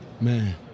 Man